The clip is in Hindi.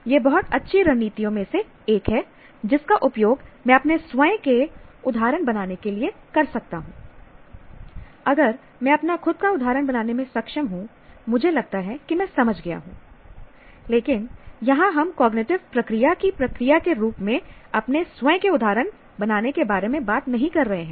यह बहुत अच्छी रणनीतियों में से एक है जिसका उपयोग मैं अपने स्वयं के उदाहरण बनाने के लिए कर सकता हूं अगर मैं अपना खुद का उदाहरण बनाने में सक्षम हूं मुझे लगता है कि मैं समझ गया हूं लेकिन यहां हम कॉग्निटिव प्रक्रिया की प्रक्रिया के रूप में अपने स्वयं के उदाहरण बनाने के बारे में बात नहीं कर रहे हैं